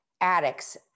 addicts